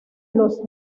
los